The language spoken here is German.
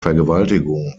vergewaltigung